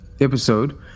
episode